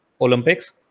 Olympics